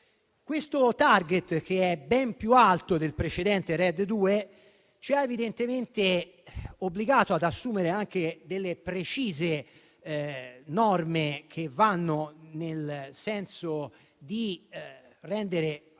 Questo *target*, che è ben più alto del precedente RED II, ci ha evidentemente obbligati ad assumere anche delle precise norme che vanno nel senso di rendere più